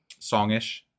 songish